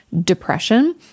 depression